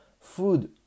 food